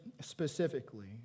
specifically